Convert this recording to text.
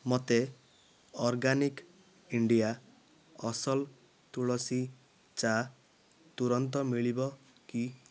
ମୋତେ organic India ଅସଲ ତୁଳସୀ ଚା ତୁରନ୍ତ ମିଳିବ କି